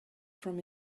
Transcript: from